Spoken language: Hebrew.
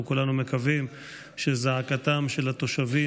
ואנחנו כולנו מקווים שזעקתם של התושבים